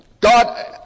God